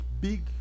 big